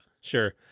Sure